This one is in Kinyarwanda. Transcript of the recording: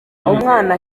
umwana